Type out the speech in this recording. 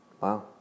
Wow